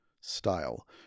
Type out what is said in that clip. style